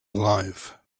alive